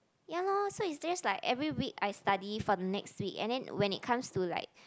ya lor so is just like every week I study for the next week and then when it comes to like